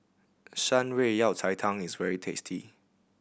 Shan Rui Yao Cai Tang is very tasty